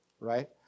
Right